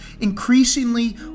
increasingly